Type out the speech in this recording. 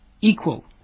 equal